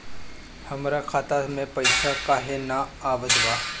हमरा खाता में पइसा काहे ना आवत बा?